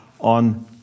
on